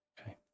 Okay